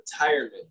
retirement